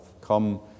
come